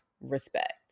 respect